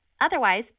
Otherwise